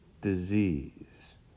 disease